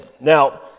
Now